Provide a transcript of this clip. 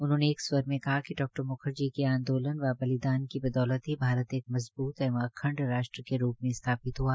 उन्होंने एक स्वर में कहा कि डा म्खर्जी के आंदोलन व बलिदान की बदौलत ही भारत एक मजबूत एवं अखंड राष्ट्र के रूप में स्थापित हुआ